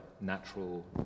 natural